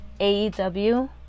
AEW